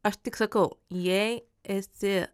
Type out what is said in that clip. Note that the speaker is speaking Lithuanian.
aš tik sakau jei esi